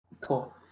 Cool